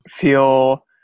feel